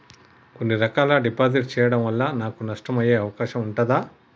కొన్ని రకాల డిపాజిట్ చెయ్యడం వల్ల నాకు నష్టం అయ్యే అవకాశం ఉంటదా?